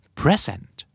present